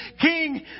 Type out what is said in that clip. King